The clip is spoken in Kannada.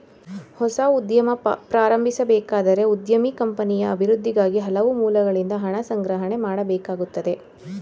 ಹೊಸ ಉದ್ಯಮ ಪ್ರಾರಂಭಿಸಬೇಕಾದರೆ ಉದ್ಯಮಿ ಕಂಪನಿಯ ಅಭಿವೃದ್ಧಿಗಾಗಿ ಹಲವು ಮೂಲಗಳಿಂದ ಹಣ ಸಂಗ್ರಹಣೆ ಮಾಡಬೇಕಾಗುತ್ತದೆ